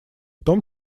том